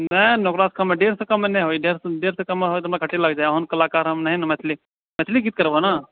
नहि नहि ओतबा सऽ कममे डेढ़ सऽ कममे नहि होइ डेढ़ सऽ कममे होइ तऽ हमरा घट्टी लागि जायत ओहेन कलाकार हम नहि हऽ मैथिली मैथिली गीत करेबह ने